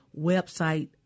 website